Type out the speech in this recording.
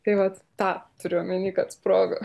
tai vat tą turiu omeny kad sprogo